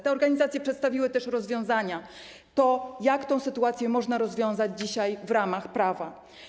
Te organizacje przedstawiły też rozwiązania, jak tę sytuację można rozwiązać dzisiaj w ramach prawa.